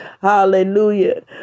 hallelujah